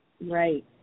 Right